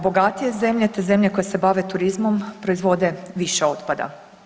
Bogatije zemlje te zemlje koje se bave turizmom proizvode više otpada.